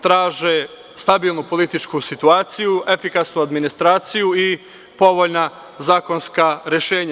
Traže stabilnu političku situaciju, efikasnu administraciju i povoljna zakonska rešenja.